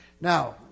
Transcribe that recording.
Now